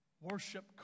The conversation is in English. Worship